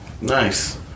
Nice